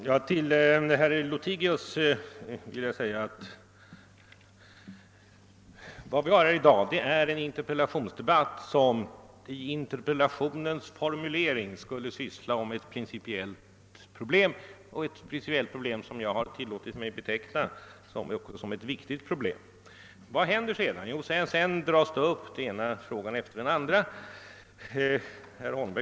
Herr talman! Jag vill säga till herr Lothigius att vi i dag för en interpellationsdebatt som, enligt interpellationens formulering, skulle röra sig om ett principiellt problem, som jag också har tilllåtit mig att beteckna som viktigt. Vad händer då? Jo, efter besvarandet av interpellationen dras den ena frågan efter den andra upp.